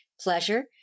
pleasure